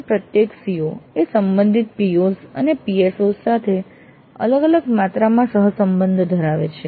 અને પ્રત્યેક CO એ સંબોધિત POs અને PSOs સાથે અલગ અલગ માત્રામાં સહ સંબંધ ધરાવે છે